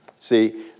See